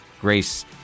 Grace